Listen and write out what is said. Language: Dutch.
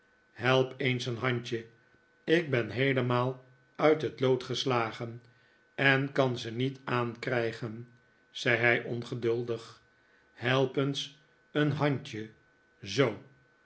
help eens een handje ik ben heelemaal uit het lood gestagen en kan ze niet aankrijgen zei hij ongeduldig help eens een handje zoo